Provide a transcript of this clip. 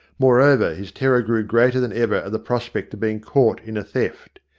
moreover, his terror grew greater than ever at the prospect of being caught in a theft.